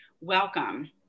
Welcome